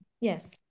yes